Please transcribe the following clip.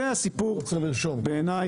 זה הסיפור, בעיניי.